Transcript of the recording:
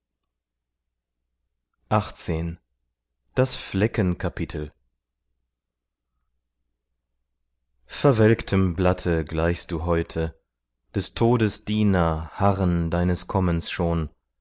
verwelktem blatte gleichst du heute des todes diener harren deines kommens schon